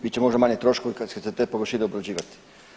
Bit će možda manji troškovi kada će se te površine obrađivati?